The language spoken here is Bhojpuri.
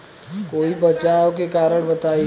कोई बचाव के कारण बताई?